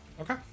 Okay